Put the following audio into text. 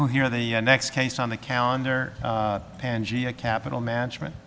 well here the next case on the calendar pangea capital management